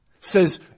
says